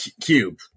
cube